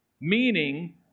Meaning